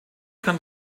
kann